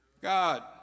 God